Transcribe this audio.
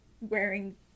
wearing